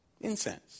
Incense